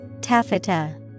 Taffeta